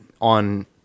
on